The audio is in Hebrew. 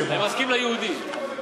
תסביר קודם באמריקה ואחר כך תחזור אלינו.